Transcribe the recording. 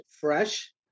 fresh